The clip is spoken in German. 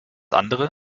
andere